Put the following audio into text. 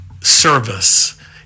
service